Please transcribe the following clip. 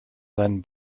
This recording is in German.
seinen